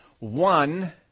One